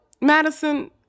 Madison